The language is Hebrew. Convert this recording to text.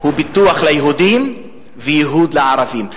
זה פיתוח ליהודים, וייהוד לערבים.